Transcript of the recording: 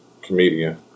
comedian